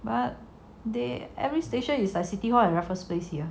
but they every station is like city hall and raffles place here